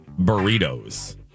Burritos